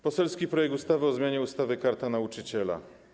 Poselski projekt ustawy o zmianie ustawy - Karta Nauczyciela.